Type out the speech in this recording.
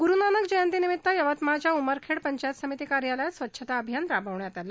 गुरुनानक जयंती निमित्त यवतमाळच्या उमरखेड पंचायत समिती कार्यालयात स्वच्छता अभियान राबवण्यात आलं